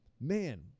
man